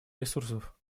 ресурсов